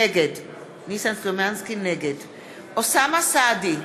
נגד אוסאמה סעדי,